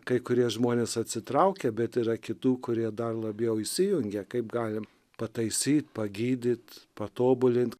kai kurie žmonės atsitraukė bet yra kitų kurie dar labiau įsijungia kaip galime pataisyti pagydyti patobulinti